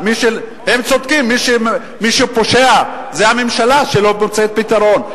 הם צודקים, מי שפושע זה הממשלה שלא מוצאת פתרון.